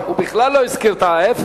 כי הוא בכלל לא הזכיר את הערבים.